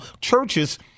churches